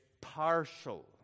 partial